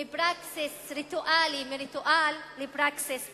מפרקסיס ריטואלי, מריטואל, לפרקסיס פוליטי.